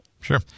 Sure